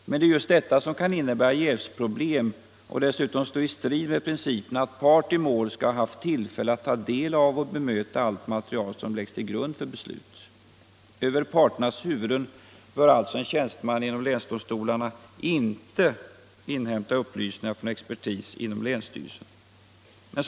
Men det är just detta som kan innebära jävsproblem och dessutom stå i strid med principen att part i mål skall ha haft tillfälle att ta del av och bemöta allt material som läggs till grund för beslutet. ”Över parternas huvuden” bör alltså en tjänsteman inom länsdomstolarna inte inhämta upplysningar från expertis inom länsstyrelsen.